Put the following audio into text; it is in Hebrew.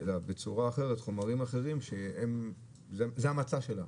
אלא בצורה אחרת חומרים אחרים שזה המצע שלהם.